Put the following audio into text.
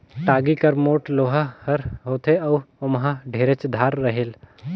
टागी हर मोट लोहा कर होथे अउ ओमहा ढेरेच धार रहेल